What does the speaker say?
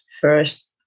first